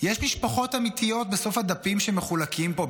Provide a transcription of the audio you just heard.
יש משפחות אמיתיות בסוף הדפים שמחולקים פה,